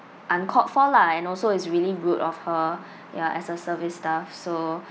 uncalled for lah and also it's really rude of her ya as a service staff so